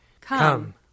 Come